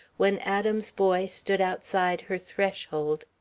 when adam's boy stood outside her threshold,